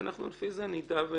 ולפי זה אנחנו נדע.